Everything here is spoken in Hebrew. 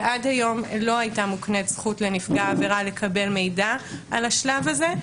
ועד היום לא הייתה מוקנית זכות לנפגע עבירה לקבל מידע על השלב הזה,